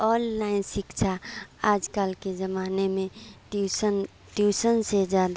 online शिक्षा आजकल के जमाने में ट्यूसन ट्यूसन से ज्यादा